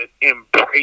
embrace